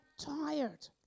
tired